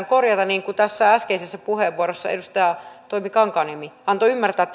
korjata niin kuin tässä äskeisessä puheenvuorossa edustaja toimi kankaanniemi antoi ymmärtää